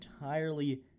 entirely